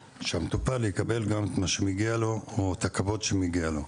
שהמטופל יקבל את מה שמגיע לו או את הכבוד שמגיע לו.